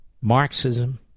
Marxism